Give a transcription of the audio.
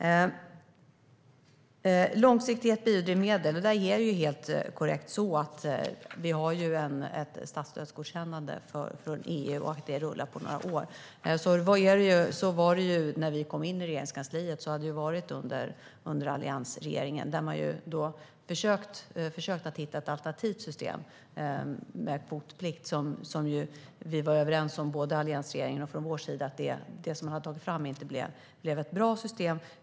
När det gäller långsiktighet för biodrivmedel är det helt korrekt att vi har ett statsstödsgodkännande från EU som rullar på några år. Så var det under alliansregeringen och när vi kom in i Regeringskansliet. Man försökte hitta ett alternativt system med kvotplikt. Alliansregeringen och vi var dock överens om att det som man tog fram inte blev ett bra system.